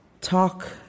talk